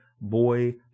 boy